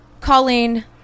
Colleen